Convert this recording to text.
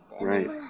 Right